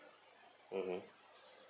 mmhmm